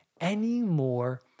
anymore